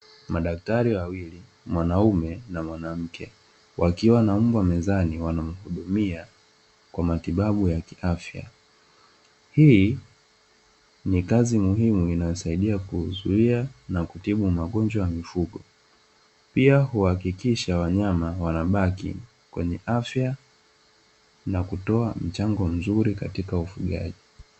Madaktari wawili mwanaume na mwanamke, wakiwa na mbwa mezani wanamhudumia kwa matibabu ya kiafya. Hii ni kazi muhimu inayosaidia kuzuia na kutibu magonjwa ya mifugo, pia huakikisha wanyama wanabaki kwenye afya, na kutoa mchango mzuri katika ufugaji.